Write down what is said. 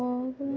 போதும்